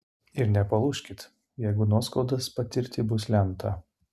ir nepalūžkit jeigu nuoskaudas patirti bus lemta